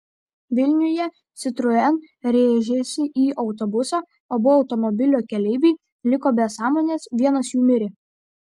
vilniuje citroen rėžėsi į autobusą abu automobilio keleiviai liko be sąmonės vienas jų mirė